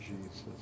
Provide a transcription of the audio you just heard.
Jesus